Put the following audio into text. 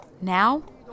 Now